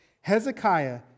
Hezekiah